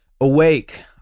Awake